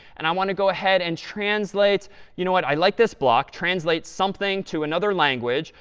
and i want to go ahead and translate you know what? i like this block. translate something to another language.